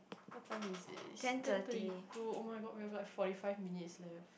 what time is it is ten twenty two oh-my-God we have like forty five minutes left